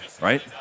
right